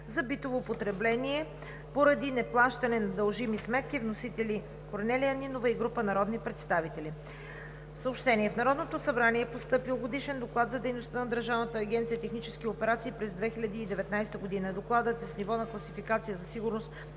за битово потребление поради неплащане на дължими сметки, вносители – Корнелия Нинова и група народни представители. Съобщения. В Народното събрание е постъпил Годишен доклад за дейността на Държавната агенция „Технически операции“ през 2019 г. Докладът е с ниво на класификация за сигурност